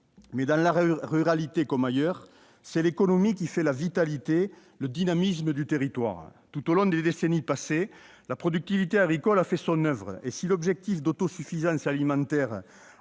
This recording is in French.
Dans la ruralité comme ailleurs, c'est l'économie qui fait la vitalité, le dynamisme du territoire. Or, tout au long des décennies passées, la productivité agricole a fait son oeuvre. Si l'objectif d'autosuffisance alimentaire